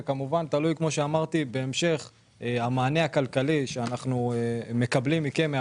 זה תלוי בהמשך המענה הכלכלי שאנחנו מקבלים מכם,